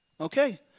Okay